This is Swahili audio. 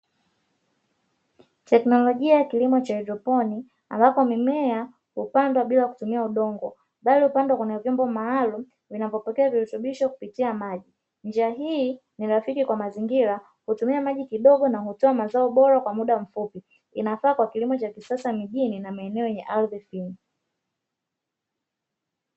Teknolojia ya kilimo cha haedroponi ambapo mimea hupandwa bila kutumia udongo bali hupandwa kwenye vyombo maalumu vinavyopokea virutubisho kupitia maji. Njia hii ni rafiki kwa mazingira, hutumia maji kidogo na hutoa mazao bora kwa muda mfupi, inafaa kwa kilimo cha kisasa mijini na maeneo yenye ardhi finyu.